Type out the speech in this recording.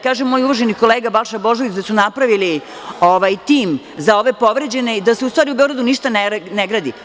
Kaže moj uvaženi kolega Balša Božović da su napravili tim za ove povređene i da se, u stvari, u Beogradu ništa ne gradi.